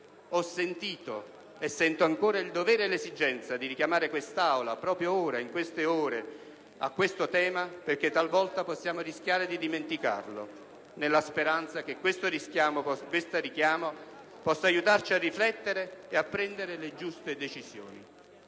ho sentito e sento ancora il dovere e l'esigenza di richiamare quest'Aula, proprio ora, in queste ore, a questo tema, perché talvolta possiamo rischiare di dimenticarlo, nella speranza che tale richiamo possa aiutarci a riflettere e a prendere le giuste decisioni.